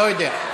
לא יודע.